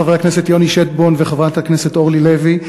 חבר הכנסת יוני שטבון וחברת הכנסת אורלי לוי,